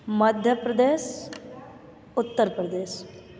Madhya Pradesh Uttar Pradesh